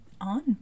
on